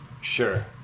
Sure